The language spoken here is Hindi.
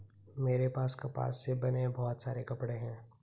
मेरे पास कपास से बने बहुत सारे कपड़े हैं